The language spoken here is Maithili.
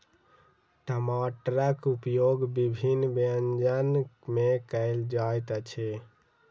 टमाटरक उपयोग विभिन्न व्यंजन मे कयल जाइत अछि